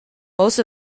most